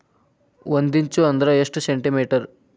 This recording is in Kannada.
ಒಂದಿಂಚು ಅಂದ್ರ ಎಷ್ಟು ಸೆಂಟಿಮೇಟರ್?